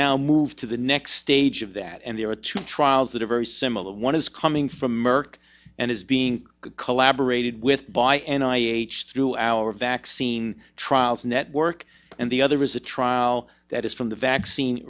now moved to the next stage of that and there are two trials that are very similar one is coming from merck and is being collaborated with by an i h two our vaccine trials network and the other is a trial that is from the vaccine